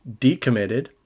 decommitted